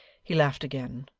he laughed again,